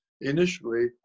Initially